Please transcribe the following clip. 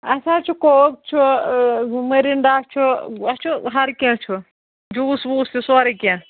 اَسہِ حظ چھُ کوک چھُ مٔرِنڈا چھُ اَسہِ چھُ ہر کیٚنٛہہ چھُ جوٗس ووٗس تہِ سورُے کیٚنٛہہ